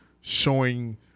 showing